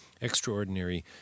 extraordinary